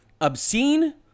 obscene